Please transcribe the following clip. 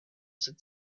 sind